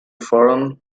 forum